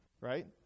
right